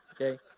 Okay